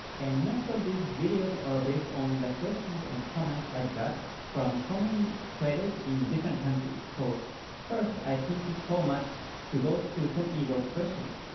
and most of these videos are based on the questions and comments i got from so many many traders in different countries, so first, i thank you so much to those who sent me those questions.